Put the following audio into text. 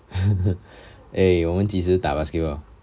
eh 我们及时打 basketball